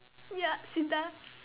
ya she does